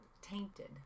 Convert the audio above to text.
tainted